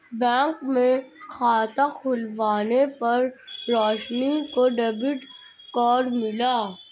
bank में खाता खुलवाने पर रोशनी को डेबिट कार्ड मिला